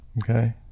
Okay